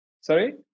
Sorry